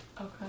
Okay